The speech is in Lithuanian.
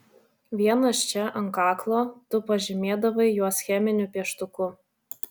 vienas čia ant kaklo tu pažymėdavai juos cheminiu pieštuku